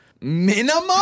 Minimum